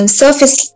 surface